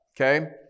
Okay